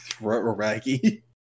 Raggy